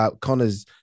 Connor's